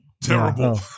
Terrible